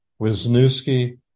Wisniewski